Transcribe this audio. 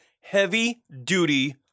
heavy-duty